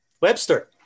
Webster